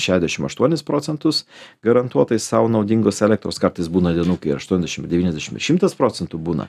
šedešim aštuonis procentus garantuotai sau naudingos elektros kartais būna dienų kai aštuoniasdešim deviniasdešim ir šimtas procentų būna